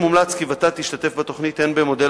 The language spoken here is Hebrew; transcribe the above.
5. מומלץ כי ות"ת תשתתף בתוכנית הן במודל